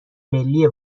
ملی